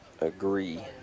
agree